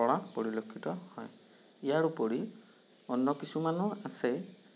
কৰা পৰিলক্ষিত হয় ইয়াৰ উপৰি অন্য কিছুমানো আছে